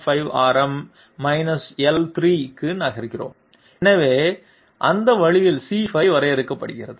5 ஆரம் l 3 க்கு நகர்கிறோம் எனவே அந்த வழியில் c 5 வரையறுக்கப்படுகிறது